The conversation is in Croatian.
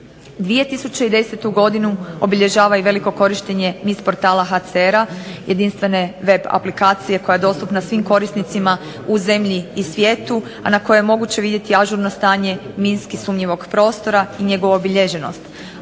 2010. godinu obilježava i veliko korištenje niz portala HCR-a jedinstvene web aplikacije koja je dostupna svim korisnicima u zemlji i svijetu, a na koje je moguće vidjeti ažurno stanje minski sumnjivog prostora i njegovu obilježenost.